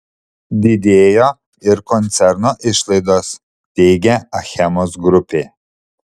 didėjo ir koncerno išlaidos teigia achemos grupė